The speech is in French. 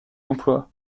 emploi